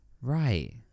Right